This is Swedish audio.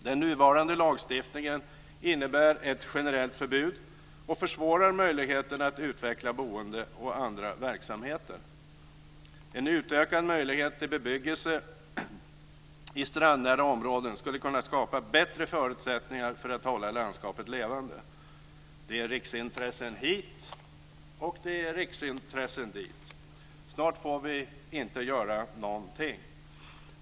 Den nuvarande lagstiftningen innebär ett generellt förbud och försvårar möjligheterna att utveckla boende och andra verksamheter. En utökad möjlighet till bebyggelse i strandnära områden skulle kunna skapa bättre förutsättningar för att hålla landskapet levande. Det är riksintressen hit, det är riksintressen dit. Snart får vi inte göra någonting.